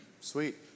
Sweet